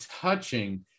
touching